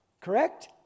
Correct